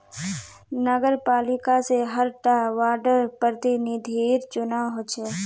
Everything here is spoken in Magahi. नगरपालिका से हर टा वार्डर प्रतिनिधिर चुनाव होचे